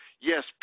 yes